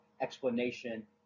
explanation